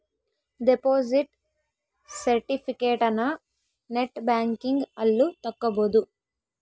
deposit ಸೆರ್ಟಿಫಿಕೇಟನ net banking ಅಲ್ಲು ತಕ್ಕೊಬೊದು